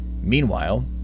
Meanwhile